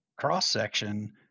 cross-section –